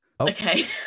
Okay